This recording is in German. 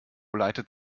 leitet